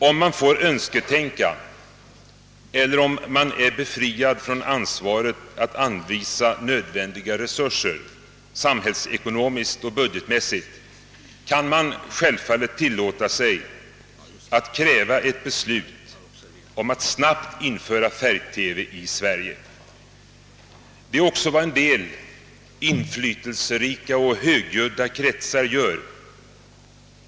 Om man får önsketänka eller om man är befriad från ansvaret att samhällsekonomiskt och budgetmässigt anvisa nödvändiga resurser kan man självfallet tillåta sig att kräva ett beslut om att snabbt införa färg-TV i Sverige. Detta är också vad en del inflytelserika och högljudda kretsar gör.